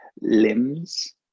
limbs